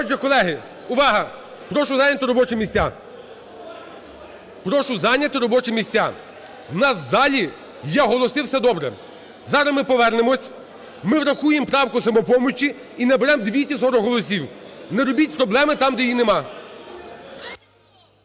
робочі місця. Прошу зайняти робочі місця. У нас в залі є голоси, все добре. Зараз ми повернемось, ми врахуємо правку "Самопомочі" і наберемо 240 голосів. Не робіть проблеми там, де її нема.